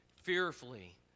fearfully